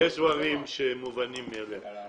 יש דברים שהם מובנים מאליהם.